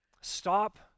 Stop